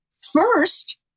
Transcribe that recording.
first